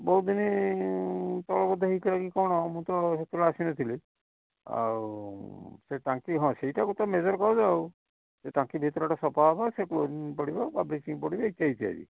ବହୁତ ଦିନି ତଳେ ବୋଧେ ହେଇଥିଲା କି କ'ଣ ମୁଁ ତ ସେତେବେଳେ ଆସିନଥିଲି ଆଉ ସେ ଟାଙ୍କି ହଁ ସେଇଟା ଗୋଟେ ମେଜର୍ ପ୍ରବ୍ଲେମ୍ ଆଉ ସେ ଟାଙ୍କି ଭିତରଟା ସଫା ହବ ଆଉ ବ୍ଲିଚିଂ ପଡ଼ିବ ଇତ୍ୟାଦି ଇତ୍ୟାଦି